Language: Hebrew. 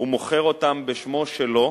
ומוכר אותם בשמו שלו,